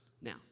Now